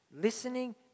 listening